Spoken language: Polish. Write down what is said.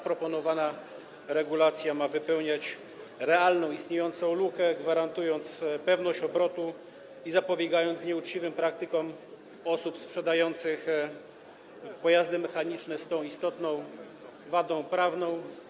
Proponowana regulacja ma wypełniać realną, istniejącą lukę, gwarantując pewność obrotu i zapobiegając nieuczciwym praktykom osób sprzedających pojazdy mechaniczne - z tą istotną wadą prawną.